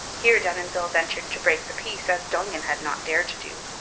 here denonville ventured to break the peace as dongan had not dared to do.